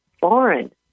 foreign